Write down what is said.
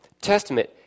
Testament